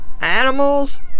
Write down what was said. Animals